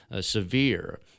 severe